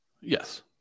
Yes